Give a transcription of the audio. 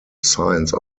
science